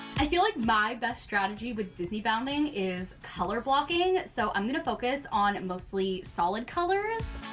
i feel like my best strategy with disney bounding is color blocking, so i'm gonna focus on mostly solid colors.